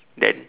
then